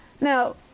Now